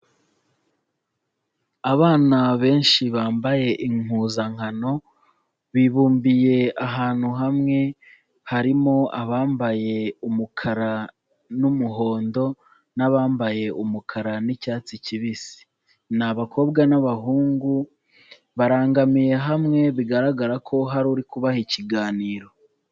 Abana benshi bambaye impuzankano bibumbiye ahantu hamwe, harimo abambaye umukara n'umuhondo n'abambaye umukara n'icyatsi kibisi. Ni abakobwa n'abahungu barangamiye hamwe bigaragara ko hari uri kubaha ikiganiro.